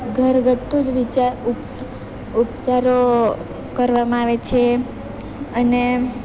ઘરગથ્થુ જ ઉચાર ઉપચારો કરવામાં આવે છે અને